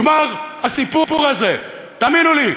נגמר הסיפור הזה, תאמינו לי.